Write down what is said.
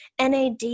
NAD